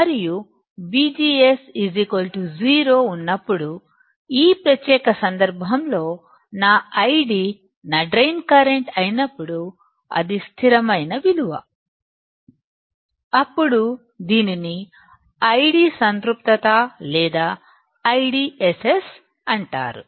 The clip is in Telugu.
మరియు VGS 0 ఉన్నప్పుడు ఈ ప్రత్యేక సందర్భంలో నా ID నా డ్రైన్ కరెంటు అయినప్పుడు అది స్థిరమైన విలువ అప్పుడు దీనిని ID సంతృప్తత లేదా IDSS అంటారు